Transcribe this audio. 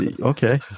Okay